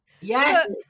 Yes